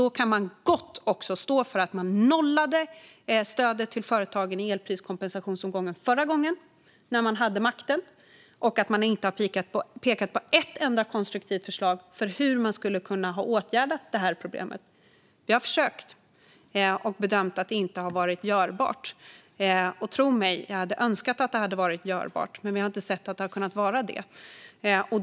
Då kan man gott också stå för att man nollade stödet till företagen i den elpriskompensation som kom förra gången, när man hade makten, och att man inte har pekat ut ett enda konstruktivt förslag på hur man skulle kunna ha åtgärdat problemet. Vi har försökt och bedömt att det inte har varit görbart. Tro mig: Jag hade önskat att det hade varit görbart, men vi har inte sett att det har kunnat vara det.